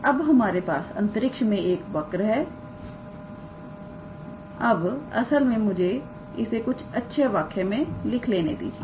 अब हमारे पास अंतरिक्ष में एक वर्क है अब असल में मुझे इसे कुछ अच्छे वाक्य में लिख लेने दीजिए